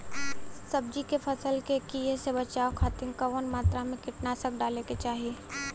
सब्जी के फसल के कियेसे बचाव खातिन कवन मात्रा में कीटनाशक डाले के चाही?